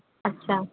अच्छा